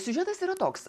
siužetas yra toks